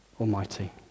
Almighty